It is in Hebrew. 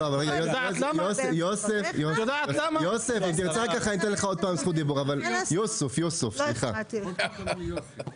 את יודעת למה, כבוד השרה?